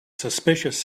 suspicious